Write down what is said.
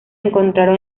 encontraron